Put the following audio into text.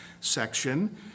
section